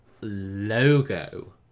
logo